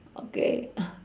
okay